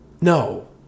No